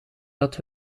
dat